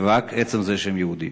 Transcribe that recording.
ורק מעצם זה שהם יהודים.